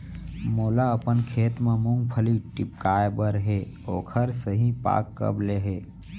मोला अपन खेत म मूंगफली टिपकाय बर हे ओखर सही पाग कब ले हे?